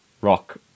rock